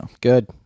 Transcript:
Good